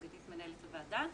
סגנית מנהלת הוועדה.